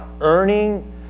earning